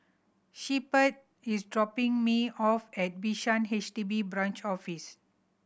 Shepherd is dropping me off at Bishan H D B Branch Office